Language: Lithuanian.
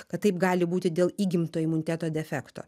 kad taip gali būti dėl įgimto imuniteto defekto